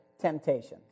temptations